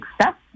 success